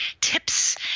tips